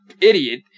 idiot